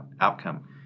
outcome